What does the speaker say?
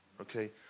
okay